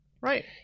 right